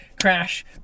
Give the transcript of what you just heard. crash